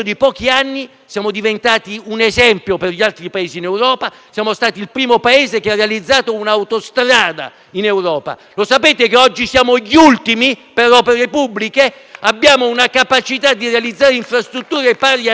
siamo diventati un esempio per gli altri Paesi in Europa. Siamo stati il primo Paese a realizzare un'autostrada in Europa; ma sapete che oggi siamo gli ultimi per opere pubbliche? Abbiamo una capacità di realizzare infrastrutture pari a zero;